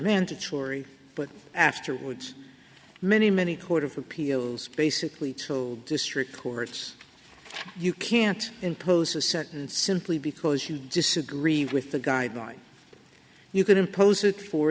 mandatory but afterwards many many court of appeals basically two district courts you can't impose a second simply because you disagree with the guidelines you can impose it for